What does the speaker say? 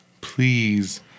please